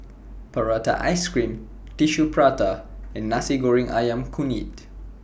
Prata Ice Cream Tissue Prata and Nasi Goreng Ayam Kunyit